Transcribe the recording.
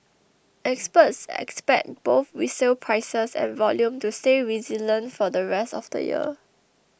experts expect both resale prices and volume to stay resilient for the rest of the year